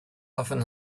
often